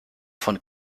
von